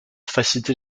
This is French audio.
faciliter